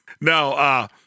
No